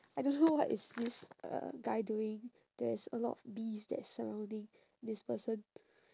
I don't know what is this uh guy doing there is a lot of bees that is surrounding this person